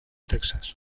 texas